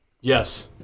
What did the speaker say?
yes